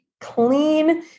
clean